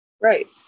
right